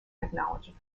technology